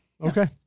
okay